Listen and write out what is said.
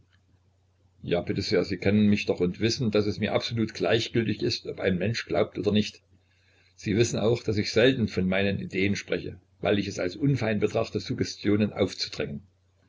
ja bitte sehr sie kennen mich doch und wissen daß es mir absolut gleichgültig ist ob ein mensch glaubt oder nicht sie wissen auch daß ich selten von meinen ideen spreche weil ich es als unfein betrachte suggestionen aufzudrängen